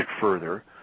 further